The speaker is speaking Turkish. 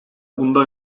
bunda